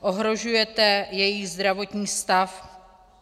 Ohrožujete jejich zdravotní stav?